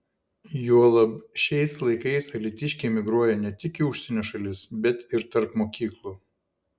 juolab šiais laikais alytiškiai migruoja ne tik į užsienio šalis bet ir tarp mokyklų